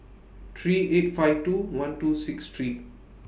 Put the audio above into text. three eight five two one two six three